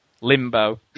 Limbo